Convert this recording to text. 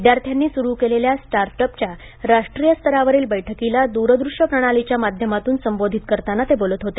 विद्यार्थ्यांनी सुरू केलेल्या स्टार्टअपच्या राष्ट्रीय स्तरावरील बैठकीला दूरदृष्य प्रणालीच्या माध्यमातून संबोधित करताना ते बोलत होते